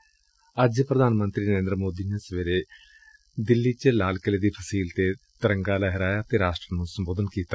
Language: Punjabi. ਏਸ ਮੌਕੇ ਪ੍ਰਧਾਨ ਮੰਤਰੀ ਨਰੇ'ਦਰ ਮੌਦੀ ਨੇ ਅੱਜ ਸਵੇਰੇ ਦਿੱਲੀ ਚ ਲਾਲ ਕਿਲੇ ਦੀ ਫਸੀਲ ਤੇ ਤਿਰੰਗਾ ਲਹਿਰਾਇਆ ਅਤੇ ਰਾਸਟਰ ਨੂੰ ਸੰਬੋਧਨ ਕੀਤਾ